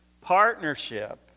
Partnership